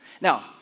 Now